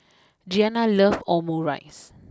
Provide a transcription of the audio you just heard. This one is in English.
Giana love Omurice